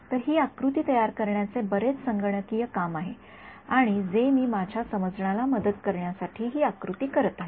तर हि आकृती तयार करण्याचे बरेच संगणकीय काम आहे जे मी माझ्या समजण्याला मदत करण्यासाठी हि आकृती करीत आहे